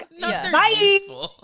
bye